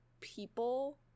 people